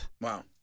Wow